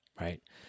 right